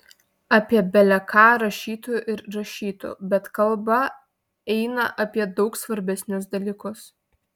apie bele ką rašytų ir rašytų bet kalba eina apie daug svarbesnius dalykus